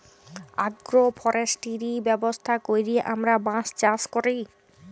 agro forestry ব্যবস্থা ক্যইরে আমরা বাঁশ চাষ ক্যরি